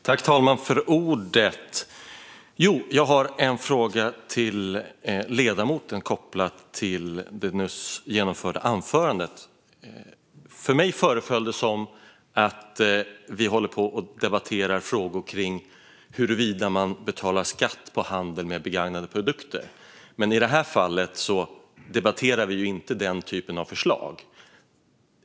Herr talman! Jag har en fråga till ledamoten kopplat till hennes anförande nyss. För mig föreföll det som om vi håller på att debattera frågor kring huruvida man betalar skatt på handel med begagnade produkter. Men i det här fallet debatterar vi inte den typen av förslag.